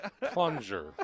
plunger